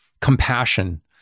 compassion